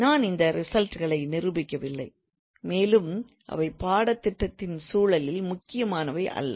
நான் இந்த ரிசல்ட் களை நிரூபிக்கவில்லை மேலும் அவை பாடத்திட்டத்தின் சூழலில் முக்கியமானவை அல்ல